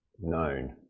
known